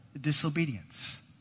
disobedience